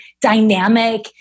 dynamic